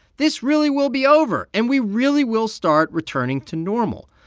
this really will be over, and we really will start returning to normal.